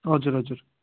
हजुर हजुर